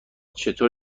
چطور